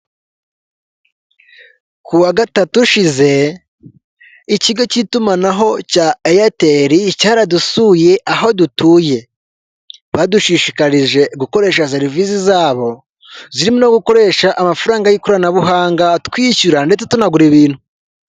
Ku wa gatatu ushize ikigo cy'itumanaho cya eyateri cyaradusuye aho dutuye, badushishikarije gukoresha serivisi zabo zirimo gukoresha amafaranga y'ikoranabuhanga twishyura ndetse tunagura ibintu.